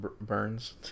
Burns